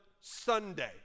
Sunday